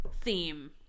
theme